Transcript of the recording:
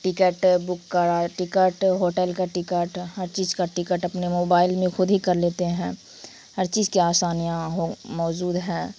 ticket book کرا ticket hotel کا ticket ہر چیز کا ٹکٹ اپنے موبائل میں خود ہی کر لیتے ہیں ہر چیز کے آسانیاں ہو موجود ہیں